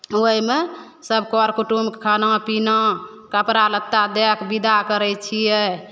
ओहिमे सब करकुटुम्ब खाना पीना कपड़ा लत्ता दए कऽ बिदा करै छियै